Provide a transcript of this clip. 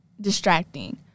distracting